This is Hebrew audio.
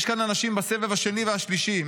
יש כאן אנשים בסבב השני והשלישי,